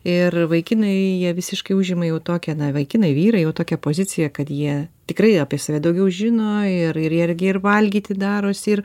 ir vaikinai jie visiškai užima jau tokią na vaikinai vyrai jau tokią poziciją kad jie tikrai apie save daugiau žino ir ir jie irgi ir valgyti darosi ir